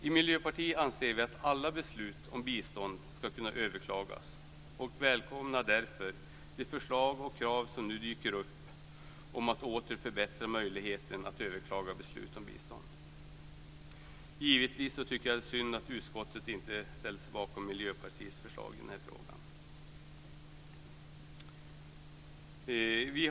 I Miljöpartiet anser vi att alla beslut om bistånd ska kunna överklagas och välkomnar därför de förslag och krav som nu dyker upp om att åter förbättra möjligheten att överklaga beslut om bistånd. Givetvis tycker jag att det är synd att utskottet inte ställde sig bakom Miljöpartiets förslag i den här frågan.